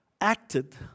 acted